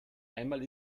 einmal